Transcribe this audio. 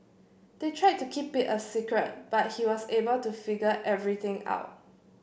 they tried to keep it a secret but he was able to figure everything out